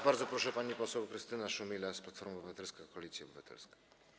Bardzo proszę, teraz pani poseł Krystyna Szumilas, Platforma Obywatelska - Koalicja Obywatelska.